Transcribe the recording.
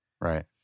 Right